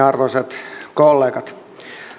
arvoisat kollegat